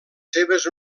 seves